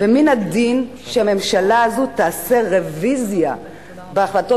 מן הדין שהממשלה הזאת תעשה רוויזיה בהחלטות